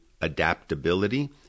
adaptability